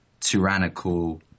tyrannical